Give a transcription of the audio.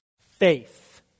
faith